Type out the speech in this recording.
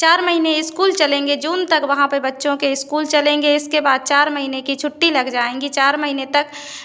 चार महीने इस्कूल चलेंगे जून तक वहाँ पे बच्चों के इस्कूल चलेंगे इसके बाद चार महीने की छुट्टी लग जाएँगी चार महीने तक